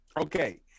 okay